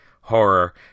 horror